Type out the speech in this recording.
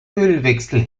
ölwechsel